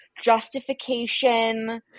justification